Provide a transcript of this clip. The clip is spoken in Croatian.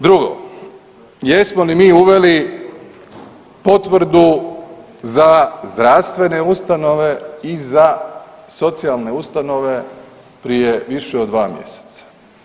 Drugo, jesmo li mi uveli potvrdu za zdravstvene ustanove i za socijalne ustanove prije više od 2 mjeseca?